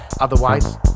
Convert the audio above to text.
otherwise